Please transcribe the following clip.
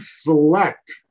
select